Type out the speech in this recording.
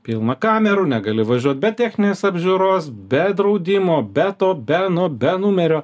pilna kamerų negali važiuot be techninės apžiūros be draudimo be to be ano be numerio